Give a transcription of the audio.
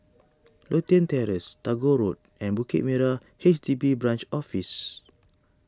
Lothian Terrace Tagore Road and Bukit Merah H D B Branch Office